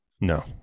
No